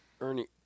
Ernie